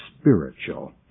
spiritual